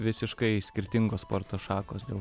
visiškai skirtingos sporto šakos dėl